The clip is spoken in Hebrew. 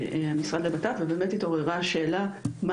המשרד לביטחון פנים והתעוררה השאלה מה